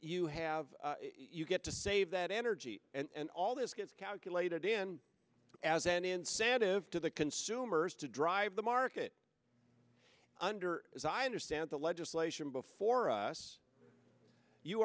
you have you get to save that energy and all this gets calculated in as an incentive to the consumers to drive the market under as i understand the legislation before us you